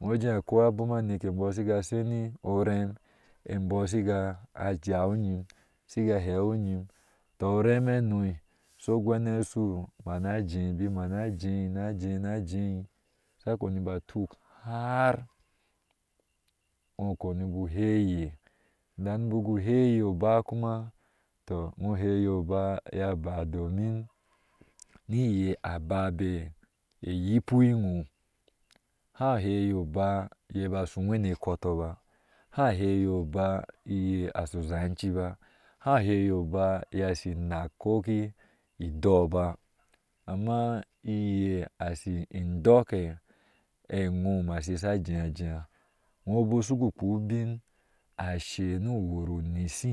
wujre akwan abom aneke bɔɔ shiga sheni oram embɔɔ shiga ajawe nyim shiga hewuyin, tɔ oram hano sho gyan oshu a mana jae bik mana jee najee najee she kpeni batuk har wɔɔ kpenu ba hee iye indan bik uhee iye uba kuma, tɔ we heye ba ba domin ni iye aba bá ayipu inwɔɔ haa he iye ba bashe uwee ne kɔtɔ ba, hahe ye ba iye ashu uzana ba hahe iyeba shi inaa koki indoo ba amma iye ashi indɔɔke ewɔɔ me shi sha jee ajee wɔɔ bik shugu kɔɔ ubin ashe nu wur uyishehi.